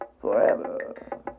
forever